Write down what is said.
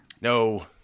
No